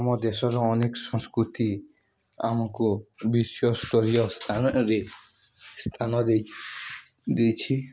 ଆମ ଦେଶର ଅନେକ ସଂସ୍କୃତି ଆମକୁ ବିଶ୍ୱ ସ୍ତରୀୟ ସ୍ଥାନରେ ସ୍ଥାନ ଦେଇ ଦେଇଛି